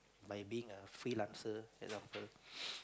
by being a freelancer example